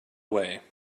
way